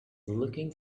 looking